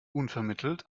unvermittelt